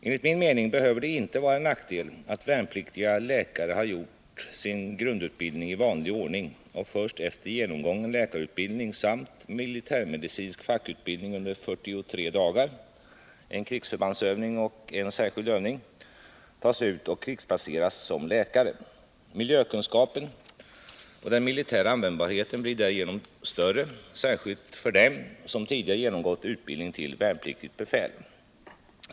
Enligt min mening behöver det inte vara en nackdel att värnpliktiga läkare har gjort sin grundutbildning i vanlig ordning och först efter genomgången läkarutbildning samt militärmedicinsk fackutbildning under 43 dagar tas ut och krigsplaceras som läkare. Miljökunskapen och den militära användbarheten blir därigenom större, särskilt för dem som tidigare genomgått utbildning till värnpliktigt befäl.